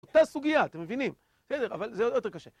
אותה סוגיה, אתם מבינים, אבל זה יותר קשה